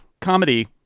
comedy